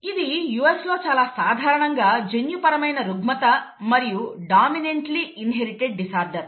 ఇది US లో చాలా సాధారణ జన్యుపరమైన రుగ్మత మరియు డామినెంట్లీ ఇన్హెరిటెడ్ డిసార్డర్